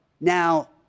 now